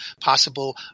possible